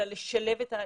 אלא לשלב את העלייה.